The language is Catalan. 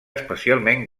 especialment